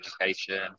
education